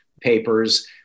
papers